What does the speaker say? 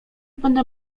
będę